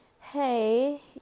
hey